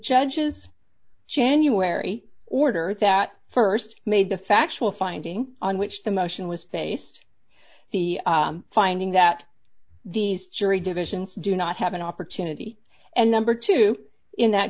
judge's january order that st made the factual finding on which the motion was based on the finding that these jury divisions do not have an opportunity and number two in that